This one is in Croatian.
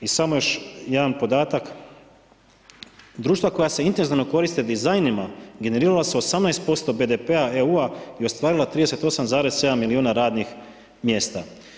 I samo još jedan podatak, društva koja intenzivno koriste dizajnima generirala s 18% BDP-a EU-a i ostvarila 38,7 milijuna radnih mjesta.